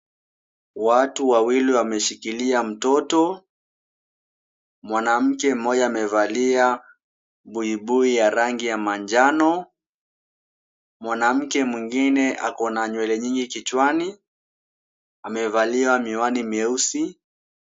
Watu wawili wameshikilia mtoto. Mwanamke mmoja amevalia buibui ya rangi ya manjano. Mwanamke mwingine ako na nywele nyingi kichwani. Amevalia miwani meusi.